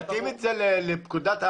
להתאים את זה לפקודת העיריות,